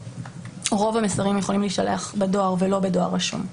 רוב המסרים יכולים להישלח בדואר ולא בדואר רשום.